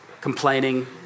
Complaining